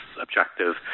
objective